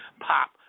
pop –